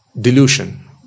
delusion